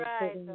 right